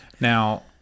Now